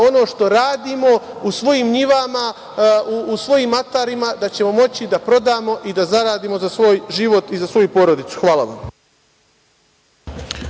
ono što radimo u svojim njivama, u svojim atarima, da ćemo moći da prodamo i da zaradimo za svoj život i za svoju porodicu. Hvala.